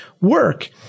work